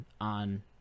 on